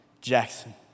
Jackson